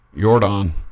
Jordan